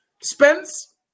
Spence